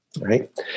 right